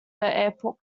airport